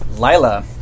Lila